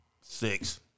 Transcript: Six